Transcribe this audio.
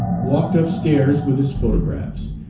walked up stairs with his photographs,